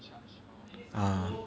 ah